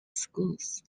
schools